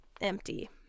empty